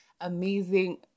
amazing